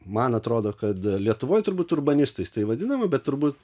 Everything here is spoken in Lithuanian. man atrodo kad lietuvoj turbūt urbanistais tai vadinama bet turbūt